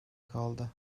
kaldı